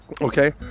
okay